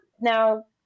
Now